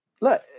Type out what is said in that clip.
look